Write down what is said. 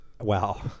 Wow